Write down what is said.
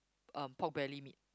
um pork belly meat